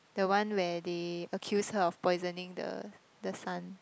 the one where they accuse her of poisoning the the son